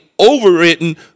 overwritten